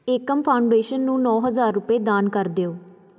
Ekam foundation ਨੂੰ ਨੌਂ ਹਜ਼ਾਰ ਰੁਪਏ ਦਾਨ ਕਰ ਦਿਓ